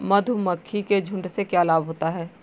मधुमक्खी के झुंड से क्या लाभ होता है?